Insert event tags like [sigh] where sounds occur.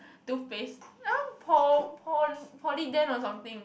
toothpaste [noise] Polident or something